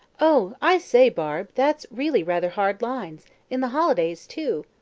oh, i say, barbe, that's really rather hard lines in the holidays, too.